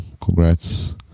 congrats